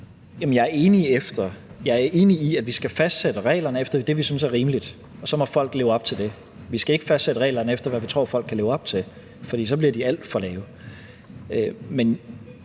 jeg er enig i, at vi skal fastsætte reglerne efter det, vi synes er rimeligt, og så må folk leve op til det. Vi skal ikke fastsætte reglerne efter, hvad vi tror folk kan leve op til, for så bliver de sat alt for lavt.